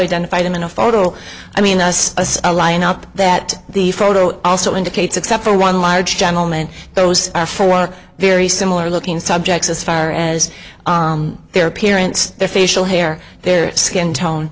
identified him in a photo i mean us as a lineup that the photo also indicates except for one large gentleman those are four very similar looking subjects as far as their appearance their facial hair their skin tone